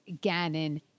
Gannon